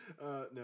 No